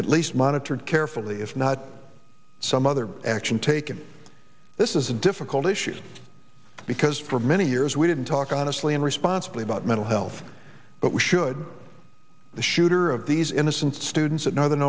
at least monitored carefully if not some other action taken this is a difficult issue because for many years we didn't talk honestly and responsibly about mental health but we should the shooter of these innocent students at northern